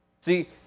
See